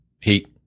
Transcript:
heat